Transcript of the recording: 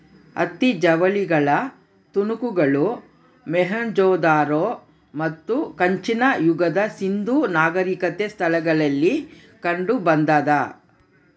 ಹತ್ತಿ ಜವಳಿಗಳ ತುಣುಕುಗಳು ಮೊಹೆಂಜೊದಾರೋ ಮತ್ತು ಕಂಚಿನ ಯುಗದ ಸಿಂಧೂ ನಾಗರಿಕತೆ ಸ್ಥಳಗಳಲ್ಲಿ ಕಂಡುಬಂದಾದ